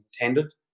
intended